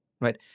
right